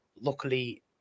Luckily